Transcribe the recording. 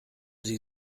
sie